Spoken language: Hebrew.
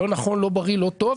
לא נכון, לא בריא, לא טוב.